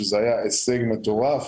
שזה היה הישג מטורף,